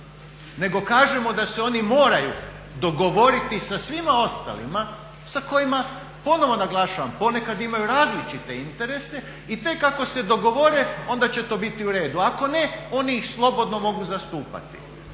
nego kažemo da se oni moraju dogovoriti sa svima ostalima sa kojima, ponovo naglašavam, ponekad imaju različite interese i tek ako se dogovore onda će to biti u redu, a ako ne oni ih slobodno mogu zastupati.